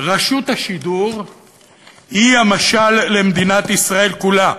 רשות השידור היא המשל למדינת ישראל כולה,